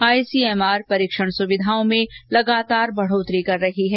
ICMR परीक्षण सुविधाओं में लगातार बढोतरी कर रही है